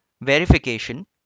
Verification